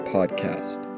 Podcast